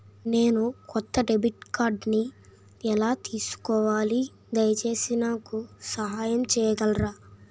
నేను కొత్త డెబిట్ కార్డ్ని ఎలా తీసుకోవాలి, దయచేసి నాకు సహాయం చేయగలరా?